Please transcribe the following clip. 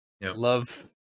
Love